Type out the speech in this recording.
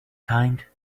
kind